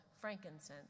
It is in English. frankincense